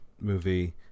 movie